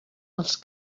els